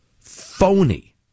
phony